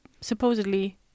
supposedly